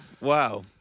wow